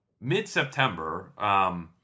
mid-September